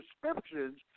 prescriptions